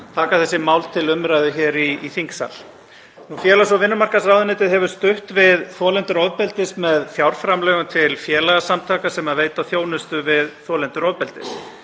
taka þessi mál til umræðu hér í þingsal. Félags- og vinnumarkaðsráðuneytið hefur stutt við þolendur ofbeldis með fjárframlögum til félagasamtaka sem veita þjónustu við þolendur ofbeldis.